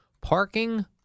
Parking